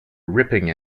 ripping